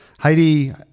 Heidi